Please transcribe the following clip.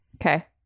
Okay